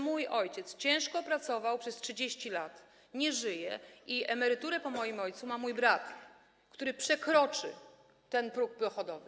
Mój ojciec ciężko pracował przez 30 lat, nie żyje i emeryturę po nim ma mój brat, który przekroczy ten próg dochodowy.